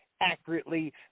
accurately